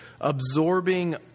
absorbing